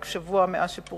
ועבר רק שבוע מאז פורסם,